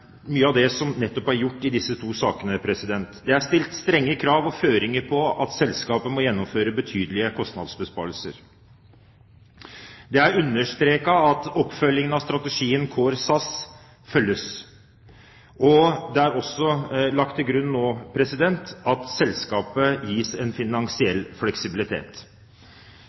gjort i disse to sakene. Det er stilt strenge krav og lagt føringer for at selskapet må gjennomføre betydelige kostnadsbesparelser. Det er understreket at oppfølgingen av strategien Core SAS følges, og det er også lagt til grunn nå at selskapet gis en finansiell fleksibilitet.